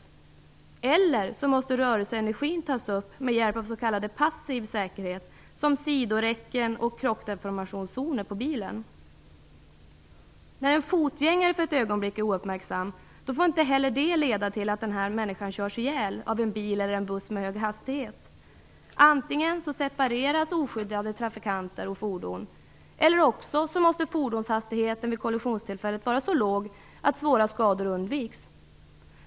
I annat fall måste rörelseenergin tas upp med hjälp av s.k. passiv säkerhet som sidoräcken eller krockdeformationszoner på bilen. När en fotgängare för ett ögonblick är ouppmärksam får inte heller det leda till att denne körs ihjäl av en bil eller en buss med hög hastighet. Antingen separeras oskyddade trafikanter och fordon eller så måste fordonshastigheten vid kollisionstillfället vara så låg att svåra skador undviks.